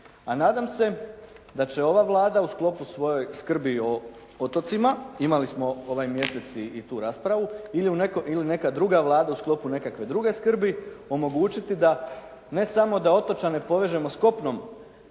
a nadam se da će ova Vlada u sklopu svoje skrbi o otocima, imali smo ovaj mjesec i tu raspravu ili u nekoj, ili neka druga vlada u sklopu nekakve druge skrbi, omogućiti da ne samo da otočane povežemo s kopnom